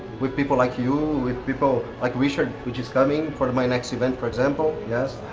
with people like you, with people like richard, which is coming for my next event, for example, yes,